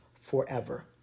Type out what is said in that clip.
forever